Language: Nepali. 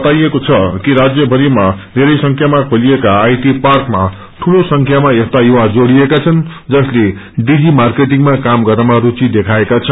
बताइएको छ कि राज्य भरिमा धेरै संख्यामा खेलिएका आइटि पार्कमा दूलो संखमा यस्ता युवा जोड़िएका छन् जसले डिजि मार्केटिङमा क्राम गर्नमा स्ववि देखाएका छन्